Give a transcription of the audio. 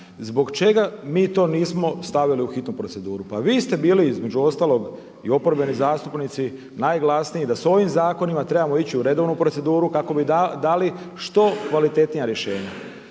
Zbog čega mi to nismo stavili u hitnu proceduru? Pa vi ste bili između ostalog i oporbeni zastupnici najglasniji, da sa ovim zakonima trebamo ići u redovnu proceduru kako bi dali što kvalitetnija rješenja.